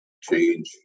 change